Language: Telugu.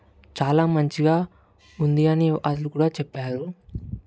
చాలా మంచిగా ఉంది అని వాళ్ళు కూడా చెప్పారు